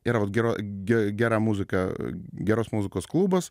ir yra ge gera muzika geros muzikos klubas